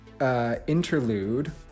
interlude